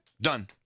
Done